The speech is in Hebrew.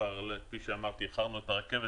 שלגביו אמרתי שאיחרנו את הרכבת,